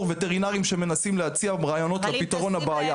וטרינרים שמנסים להציע רעיונות לפתרון הבעיה.